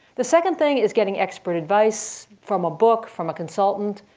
the second thing is getting expert advice from a book, from a consultant.